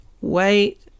Wait